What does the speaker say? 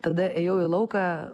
tada ėjau į lauką